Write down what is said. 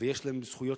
ויש להם זכויות,